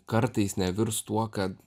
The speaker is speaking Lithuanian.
kartais nevirs tuo kad